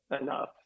enough